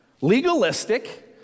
legalistic